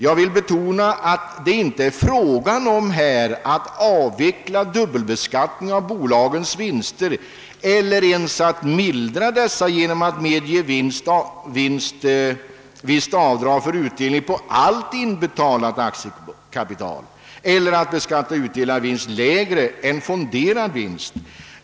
Jag vill betona att det här inte är fråga om att avveckla dubbelbeskattningen av bolagens vinster eller ens om att mildra densamma genom att medge visst avdrag för utdelning på allt inbetalat aktiekapital eller att beskatta utdelad vinst lägre än fonderad vinst.